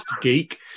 geek